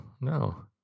no